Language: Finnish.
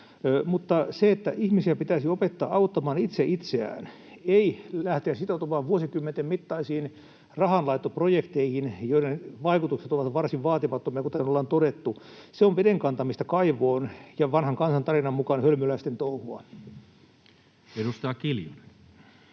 Mutta ihmisiä pitäisi opettaa auttamaan itse itseään, ei lähteä sitoutumaan vuosikymmenten mittaisiin rahanlaittoprojekteihin, joiden vaikutukset ovat varsin vaatimattomia, kuten ollaan todettu. Se on veden kantamista kaivoon ja vanhan kansan tarinan mukaan hölmöläisten touhua. Edustaja Kiljunen.